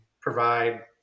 provide